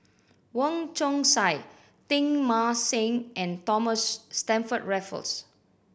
Wong Chong Sai Teng Mah Seng and Thomas Stamford Raffles